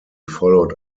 followed